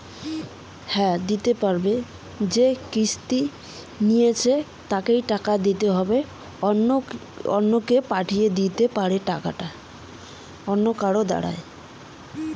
কিস্তির টাকা কি যেকাহো দিবার পাবে?